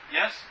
yes